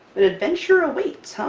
an adventure awaits,